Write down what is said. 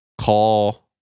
call